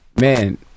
man